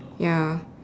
ya